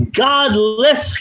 godless